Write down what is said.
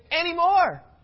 anymore